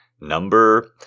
number